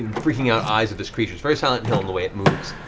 and freaking out eyes of this creature. it's very silent hill in the way it moves.